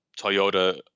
Toyota